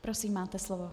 Prosím, máte slovo.